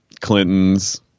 Clinton's